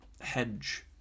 hedge